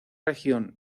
región